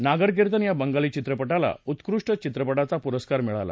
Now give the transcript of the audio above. नागरकिर्तन या बंगाली चित्रपटाला उत्कृष्ट चित्रपटाचा पुरस्कार मिळाला